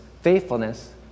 faithfulness